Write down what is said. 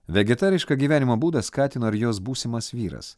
vegetarišką gyvenimo būdą skatino ir jos būsimas vyras